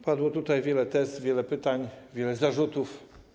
Padło tutaj wiele tez, wiele pytań, wiele zarzutów.